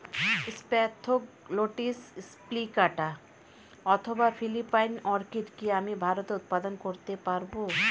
Spathoglottis plicata অথবা Philippine orchid কি আমি ভারতে উৎপাদন করতে পারবো?